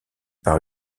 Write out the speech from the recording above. par